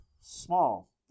small